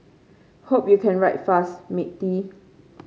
hope you can write fast matey